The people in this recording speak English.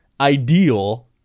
ideal